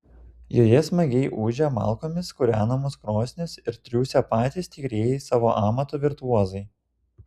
joje smagiai ūžia malkomis kūrenamos krosnys ir triūsia patys tikrieji savo amato virtuozai